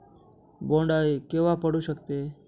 बोंड अळी केव्हा पडू शकते?